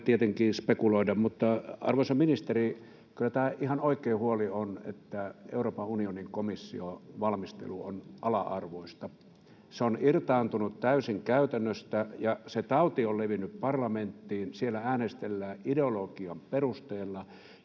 tietenkin spekuloida. Mutta, arvoisa ministeri, kyllä tämä ihan oikea huoli on, että Euroopan unionin komission valmistelu on ala-arvoista. Se on irtaantunut täysin käytännöstä, ja se tauti on levinnyt parlamenttiin. Siellä äänestellään ideologian perusteella,